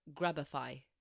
Grabify